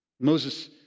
Moses